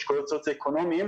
אשכולות סוציו אקונומיים.